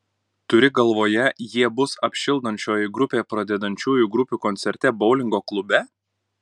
turi galvoje jie bus apšildančioji grupė pradedančiųjų grupių koncerte boulingo klube